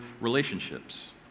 relationships